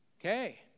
Okay